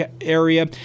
area